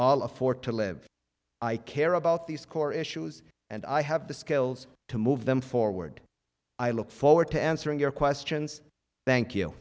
all afford to live i care about these core issues and i have the skills to move them forward i look forward to answering your questions thank you